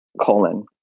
Colon